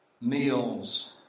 meals